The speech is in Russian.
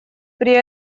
при